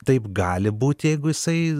taip gali būt jeigu jisai